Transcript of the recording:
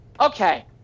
Okay